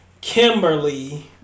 Kimberly